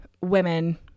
women